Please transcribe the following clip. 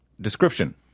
Description